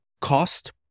cost